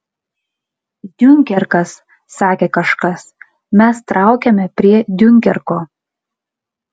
diunkerkas sakė kažkas mes traukiame prie diunkerko